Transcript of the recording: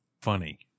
funny